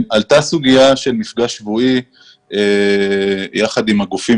עלתה סוגיה של מפגש שבועי יחד עם הגופים